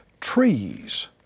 trees